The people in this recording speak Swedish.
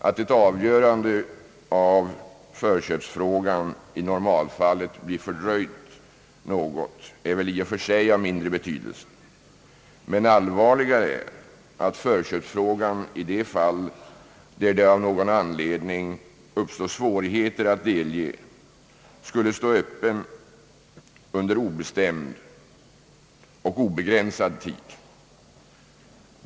Att ett avgörande av förköpsfrågan blir något fördröjt i normalfallet har väl i och för sig mindre betydelse — allvarligare är att förköpsfrågan i de fall, där det av någon anledning uppstår svårigheter att delge, skulle stå öppen under obestämd och obegränsad tid.